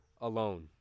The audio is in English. alone